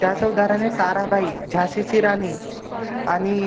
त्याचं उदाहरण आहे ताराबाई झाशीची राणी आणि